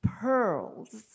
pearls